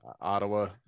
ottawa